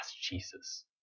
Jesus